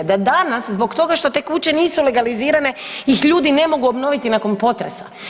Da danas zbog toga što te kuće nisu legalizirane ih ljudi ne mogu obnoviti nakon potresa.